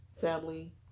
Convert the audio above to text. family